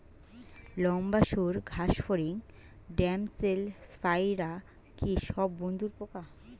লম্বা সুড় ঘাসফড়িং ড্যামসেল ফ্লাইরা কি সব বন্ধুর পোকা?